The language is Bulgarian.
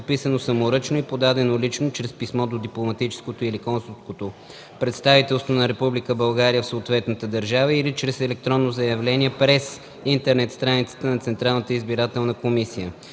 подписано саморъчно и подадено лично, чрез писмо до дипломатическото или консулското представителство на Република България в съответната държава или чрез електронно заявление през интернет страницата на Централната избирателно комисия.